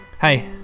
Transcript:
Hey